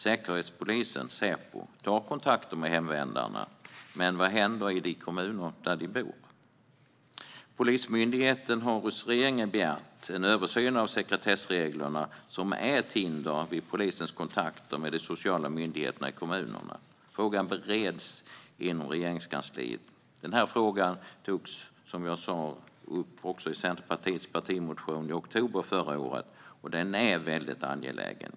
Säkerhetspolisen, Säpo, tar kontakter med hemvändarna, men vad händer i de kommuner där de bor? Polismyndigheten har hos regeringen begärt en översyn av sekretessreglerna, som är ett hinder vid polisens kontakter med de sociala myndigheterna i kommunerna. Frågan bereds inom Regeringskansliet. Som jag sa togs denna fråga också upp i Centerpartiets partimotion i oktober förra året - den är väldigt angelägen.